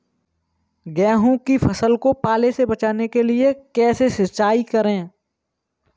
गेहूँ की फसल को पाले से बचाने के लिए कैसे सिंचाई करें?